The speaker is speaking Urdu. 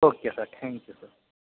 او کے سر تھینک یو سر